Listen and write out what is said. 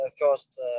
first